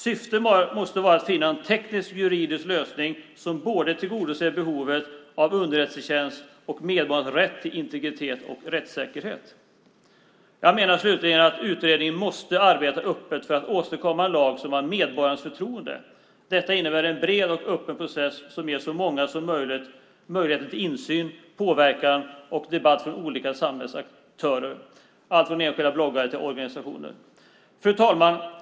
Syftet måste vara att finna en teknisk-juridisk lösning som tillgodoser både behovet av underrättelsetjänst och medborgarnas rätt till integritet och rättssäkerhet. Jag menar slutligen att utredningen måste arbeta öppet för att åstadkomma en lag som har medborgarnas förtroende. Detta innebär en bred och öppen process som ger så många som möjligt en möjlighet till insyn och påverkan och debatt från olika samhällsaktörer, alltifrån enskilda bloggare till organisationer. Fru talman!